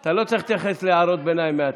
אתה לא צריך להתייחס להערות ביניים מהצד.